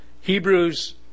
Hebrews